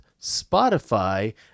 Spotify